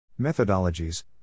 Methodologies